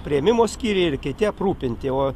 priėmimo skyriai ir kiti aprūpinti o